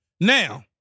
Now